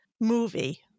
movie